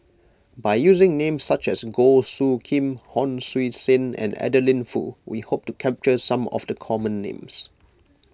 by using names such as Goh Soo Khim Hon Sui Sen and Adeline Foo we hope to capture some of the common names